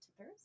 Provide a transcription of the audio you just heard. tippers